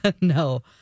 No